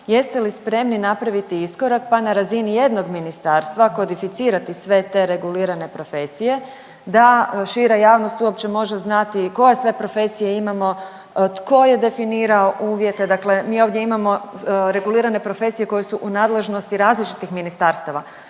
jeste li spremni napraviti iskorak na pa razini jednog ministarstva kodificirati sve te regulirane profesije da šira javnost uopće može znati koje sve profesije imamo, tko je definirao uvjete, dakle mi ovdje imamo regulirane profesije koje su u nadležnosti različitih ministarstava.